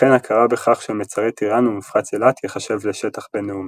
וכן הכרה בכך שמצרי טיראן ומפרץ אילת יחשב לשטח בינלאומי.